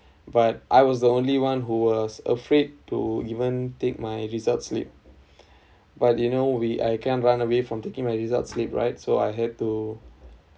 but I was the only one who was afraid to even take my result slip but you know we I can't run away from taking my result slip right so I had to